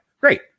great